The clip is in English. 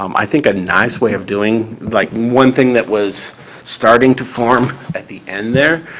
um i think a nice way of doing like, one thing that was starting to form at the end there,